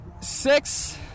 Six